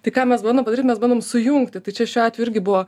tai ką mes bandom padaryt mes bandom sujungti tai čia šiuo atveju irgi buvo